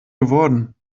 geworden